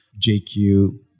JQ